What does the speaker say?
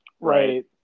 right